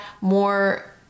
more